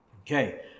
Okay